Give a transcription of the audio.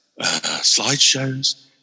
slideshows